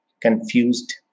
confused